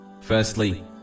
Firstly